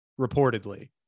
reportedly